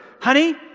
Honey